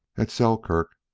at selkirk,